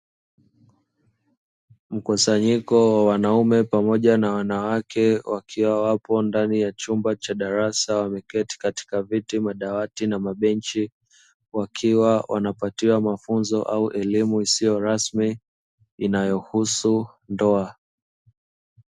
Mkusanyiko wa wanaume pamoja na wanawake wakiwa wapo ndani ya chumba cha darasa ,wameketi katika viti , madawati au mabenji ,wakiwa wanapatiwa mafunzo au elimu isoyo rasmi ,inayohusu ndoa.